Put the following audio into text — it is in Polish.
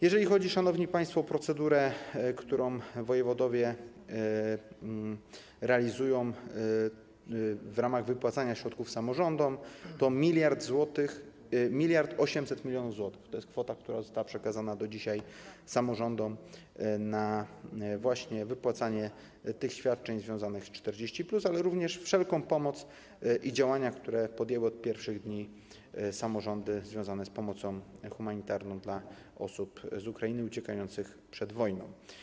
Jeżeli chodzi, szanowni państwo, o procedurę, którą wojewodowie realizują w ramach wypłacania środków samorządom, to 1800 mln zł to jest kwota, która została przekazana do dzisiaj samorządom na wypłacanie tych świadczeń związanych z 40+, ale również wszelką pomoc i działania, które samorządy podjęły od pierwszych dni, związane z pomocą humanitarną dla osób z Ukrainy uciekających przed wojną.